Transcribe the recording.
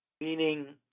meaning